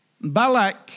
Balak